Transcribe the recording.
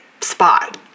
spot